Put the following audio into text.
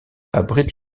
abrite